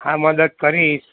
હા મદદ કરીશ